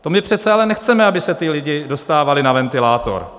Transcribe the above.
To my přece ale nechceme, aby se ti lidé dostávali na ventilátor.